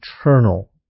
eternal